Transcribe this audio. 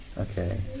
Okay